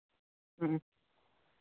ᱦᱩᱸ